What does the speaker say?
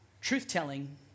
Truth-telling